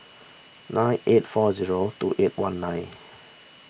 nine eight four zero two eight one nine